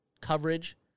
coverage